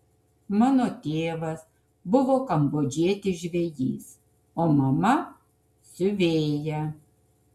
mano tėvas buvo kambodžietis žvejys o mama siuvėja